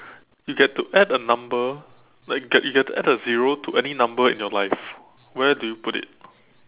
you get to add a number like get you get to add a zero to any number in your life where do you put it